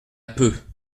peu